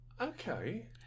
Okay